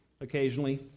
Occasionally